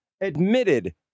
admitted